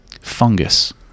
Fungus